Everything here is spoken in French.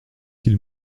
qu’il